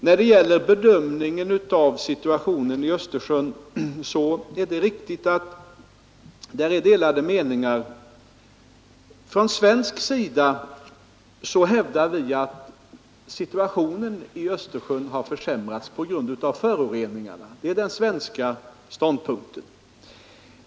När det gäller bedömningen av situationen i Östersjön är det riktigt att meningarna är delade. Från svensk sida hävdar vi att situationen i Östersjön har försämrats på grund av föroreningarna.